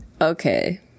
Okay